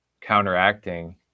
counteracting